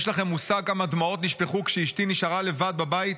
יש לכם מושג כמה דמעות נשפכו כשאשתי נשארה לבד בבית?